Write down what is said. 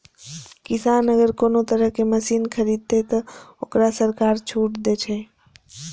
किसान अगर कोनो तरह के मशीन खरीद ते तय वोकरा सरकार छूट दे छे?